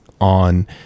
on